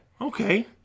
Okay